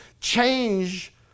change